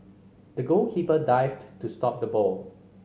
the goalkeeper dived to stop the ball